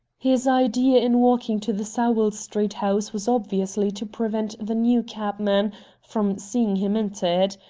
his idea in walking to the sowell street house was obviously to prevent the new cabman from seeing him enter it.